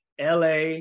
LA